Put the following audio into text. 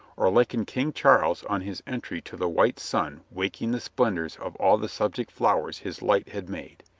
or liken king charles on his entry to the white sun waking the splendors of all the subject flowers his light had made.